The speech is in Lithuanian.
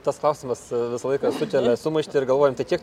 tas klausimas visą laiką sukelia sumaištį ir galvojam tai kiek